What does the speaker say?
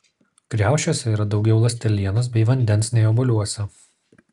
kriaušėse yra daugiau ląstelienos bei vandens nei obuoliuose